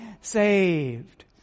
saved